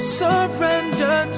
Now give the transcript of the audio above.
surrender